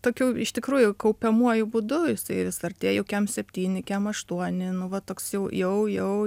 tokiu iš tikrųjų kaupiamuoju būdu jisai vis artėja jau kem septyni kem aštuoni nu va toks jau jau jau